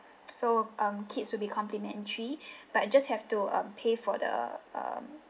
so um kids will be complementary but just have to um pay for the um